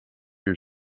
your